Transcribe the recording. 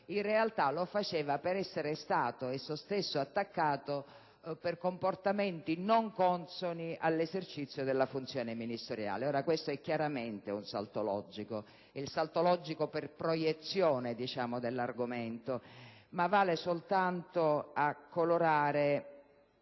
in realtà lo faceva per essere stato esso stesso attaccato per comportamenti non consoni all'esercizio della funzione ministeriale. Questo è chiaramente un salto logico (un salto logico per proiezione dell'argomento), e vale soltanto a colorare